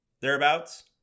thereabouts